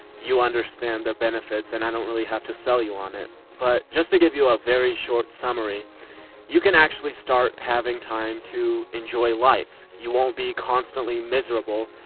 you understand the benefits and i don't really have to sell you on it. but just to give you a very short summary you can actually start having time to enjoy life. you won't be constantly miserable,